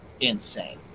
insane